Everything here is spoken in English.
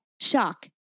shock